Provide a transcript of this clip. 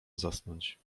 zasnąć